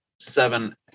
seven